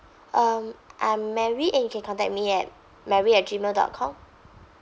um I'm mary and you can contact me at mary at gmail dot com